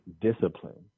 discipline